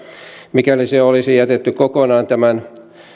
mikäli se olisi jätetty kokonaan tämän